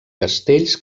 castells